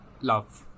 love